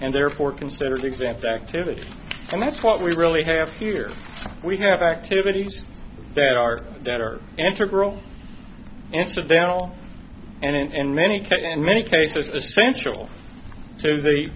and therefore considered exempt activity and that's what we really have here we have activities that are that are integral and put down all and in many cases in many cases essential to the